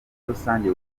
rusange